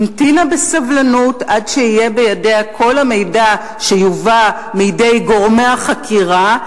המתינה בסבלנות עד שיהיה בידיה כל המידע שיובא מידי גורמי החקירה,